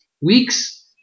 Weeks